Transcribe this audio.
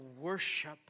worship